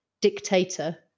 dictator